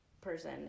person